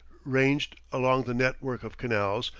ranged along the net-work of canals,